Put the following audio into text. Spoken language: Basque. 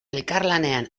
elkarlanean